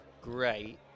great